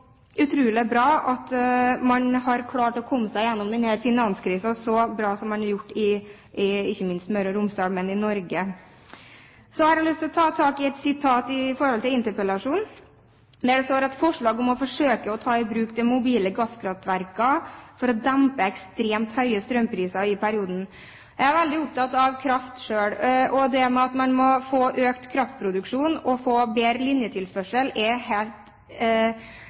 utrolig bra at man har klart å komme seg gjennom denne så bra som man har gjort, ikke minst i Møre og Romsdal, men også i Norge. Så har jeg lyst til å ta tak i noe som står i interpellasjonsteksten, nemlig «forslag om å forsøke å ta i bruk de mobile kraftverkene for å dempe ekstremt høye strømpriser i perioder». Jeg er veldig opptatt av kraft selv, og det at man må få økt kraftproduksjon og bedre linjetilførsel, er